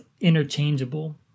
interchangeable